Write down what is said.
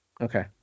Okay